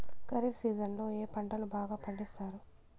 ఖరీఫ్ సీజన్లలో ఏ పంటలు బాగా పండిస్తారు